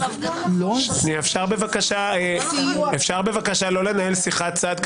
--- אפשר בבקשה לא לנהל שיחת צד,